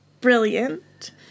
brilliant